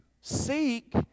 Seek